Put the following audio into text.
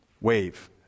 Wave